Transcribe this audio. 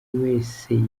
wese